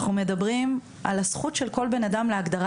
אנחנו מדברים על הזכות של כל בן אדם להגדרה